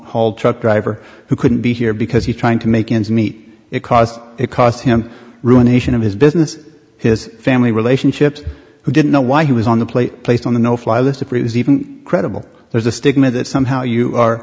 haul truck driver who couldn't be here because he's trying to make ends meet because it cost him ruination of his business his family relationships who didn't know why he was on the plane placed on the no fly list of reasons even credible there's a stigma that somehow you